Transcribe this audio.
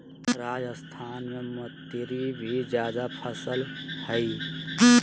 राजस्थान में मतीरी भी जायद फसल हइ